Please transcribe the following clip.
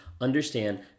understand